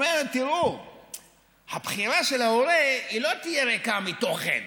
היא אומרת: הבחירה של ההורים לא תהיה ריקה מתוכן.